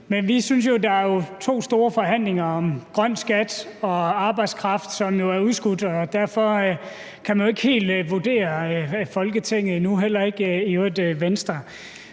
Vi synes, der er to store forhandlinger om grøn skat og arbejdskraft, som er udskudt, og derfor kan man jo ikke helt vurdere Folketinget endnu, i øvrigt heller